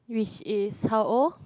which is how old